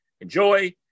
enjoy